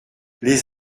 les